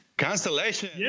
Constellation